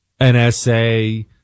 NSA